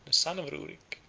son of ruric,